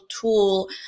tool